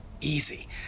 easy